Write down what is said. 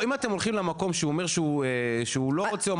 אם אתם הולכים למקום שהוא אומר שהוא לא רוצה.